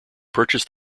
purchased